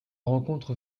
rencontre